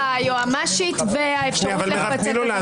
על פיטורי היועמ"שית והאפשרות לפצל את